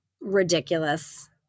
Ridiculous